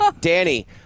Danny